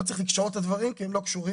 לא צריך לקשור את הדברים כי הם לא קשורים,